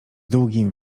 długim